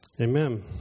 Amen